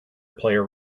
player